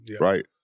right